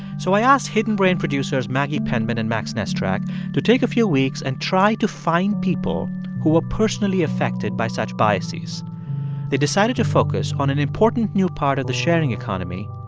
so i asked hidden brain producers maggie penman and max nesterak to take a few weeks and try to find people who are personally affected by such biases they decided to focus on an important new part of the sharing economy,